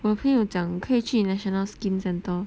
我朋友讲可以去 national skin centre